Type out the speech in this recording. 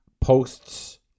Posts